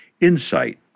insight